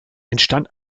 entstand